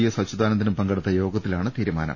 S അച്യുതാനന്ദനും പങ്കെടുത്ത യോഗത്തി ലാണ് തീരുമാനം